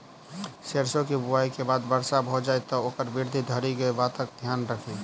सैरसो केँ बुआई केँ बाद वर्षा भऽ जाय तऽ ओकर वृद्धि धरि की बातक ध्यान राखि?